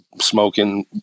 smoking